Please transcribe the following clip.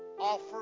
offer